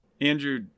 Andrew